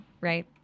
right